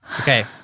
Okay